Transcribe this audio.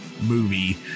movie